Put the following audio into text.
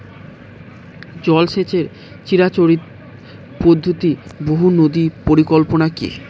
জল সেচের চিরাচরিত পদ্ধতি বহু নদী পরিকল্পনা কি?